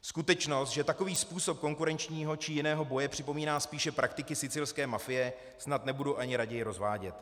Skutečnost, že takový způsob konkurenčního či jiného boje připomíná spíš praktiky sicilské mafie, snad nebudu ani raději rozvádět.